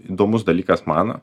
įdomus dalykas man